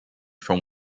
for